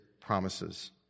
promises